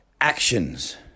actions